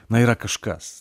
na yra kažkas